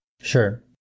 Sure